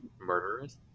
murderers